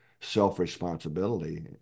self-responsibility